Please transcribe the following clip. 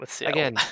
Again